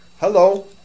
Hello